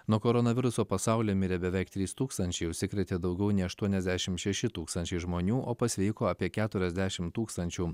nuo koronaviruso pasaulyje mirė beveik trys tūkstančiai užsikrėtė daugiau nei aštuoniasdešim šeši tūkstančiai žmonių o pasveiko apie keturiasdešim tūkstančių